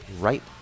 right